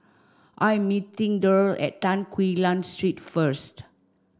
I am meeting Derl at Tan Quee Lan Street first